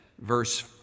Verse